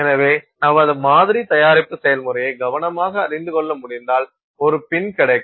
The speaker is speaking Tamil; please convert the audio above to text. எனவே நமது மாதிரி தயாரிப்பு செயல்முறையை கவனமாக அறிந்து கொள்ள முடிந்தால் ஒரு பின் கிடைக்கும்